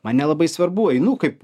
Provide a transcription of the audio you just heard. man nelabai svarbu einu kaip